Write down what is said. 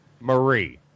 Marie